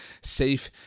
safe